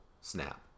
snap